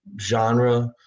genre